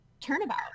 turnabout